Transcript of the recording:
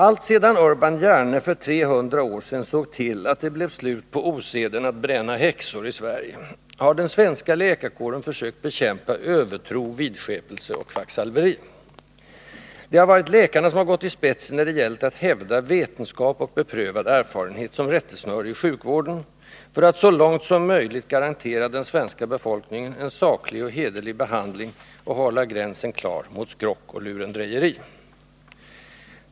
Alltsedan Urban Hjärne för 300 år sedan såg till att det blev slut på oseden att bränna häxor i Sverige har den svenska läkarkåren försökt bekämpa övertro, vidskepelse och kvacksalveri. Det har varit läkarna som gått i spetsen när det gällt att hävda ”vetenskap och beprövad erfarenhet” som rättesnöre i sjukvården för att så långt som möjligt garantera den svenska befolkningen en saklig och hederlig behandling och hålla gränsen klar mot skrock och lurendrejeri.